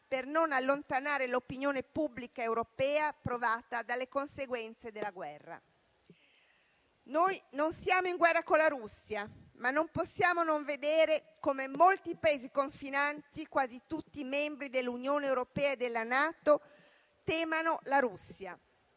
per non allontanare l'opinione pubblica europea, provata dalle conseguenze della guerra. Noi non siamo in guerra con la Russia, ma non possiamo non vedere come molti Paesi confinanti, quasi tutti membri dell'Unione europea e della NATO, temano la Russia.